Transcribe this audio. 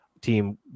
team